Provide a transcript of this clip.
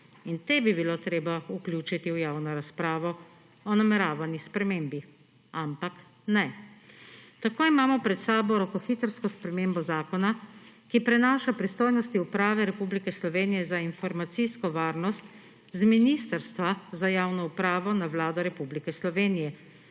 in te bi bilo treba vključiti v javno razpravo o nameravani spremembi, ampak ne. Tako imamo pred sabo rokohitrsko spremembo zakona, ki prenaša pristojnosti Uprave Republike Slovenije za informacijsko varnost z Ministrstva za javno upravo na Vlado Republike Slovenije,